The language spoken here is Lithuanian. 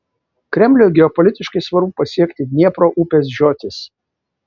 kremliui geopolitiškai svarbu pasiekti dniepro upės žiotis